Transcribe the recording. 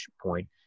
point